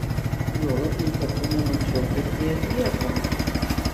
juolab nė karto nemačiau kaip tai atliekama